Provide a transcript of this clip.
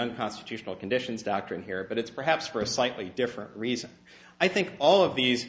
unconstitutional conditions doctrine here but it's perhaps for a slightly different reason i think all of these